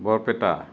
Barpeta